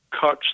cuts